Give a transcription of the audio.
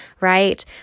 right